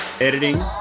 Editing